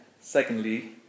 secondly